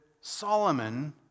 Solomon